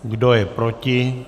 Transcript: Kdo je proti?